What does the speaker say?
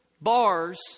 bars